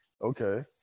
Okay